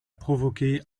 provoqué